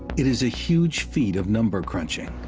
it is a huge feat of number-crunching,